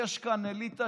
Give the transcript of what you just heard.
יש כאן אליטה